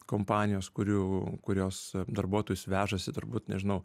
kompanijos kurių kurios darbuotojus vežasi turbūt nežinau